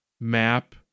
map